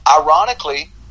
Ironically